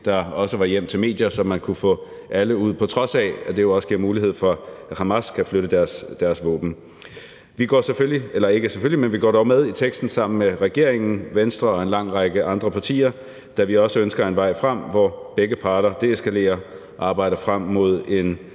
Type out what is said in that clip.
der også var hjem for medier, så man kunne få alle ud, på trods af at det jo også gav mulighed for, at Hamas kunne flytte deres våben. Vi går dog med i vedtagelsesteksten sammen med regeringen, Venstre og en lang række andre partier, da vi også ønsker en vej frem, hvor begge parter deeskalerer og arbejder frem mod en